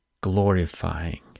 glorifying